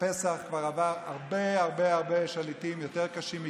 הפסח כבר עבר הרבה הרבה שליטים יותר קשים מכם.